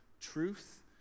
truth